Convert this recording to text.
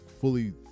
fully